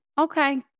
okay